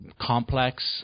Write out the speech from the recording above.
complex